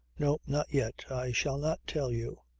no not yet. i shall not tell you.